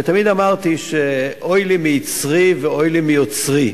ותמיד אמרתי שאוי לי מיצרי ואוי לי מיוצרי,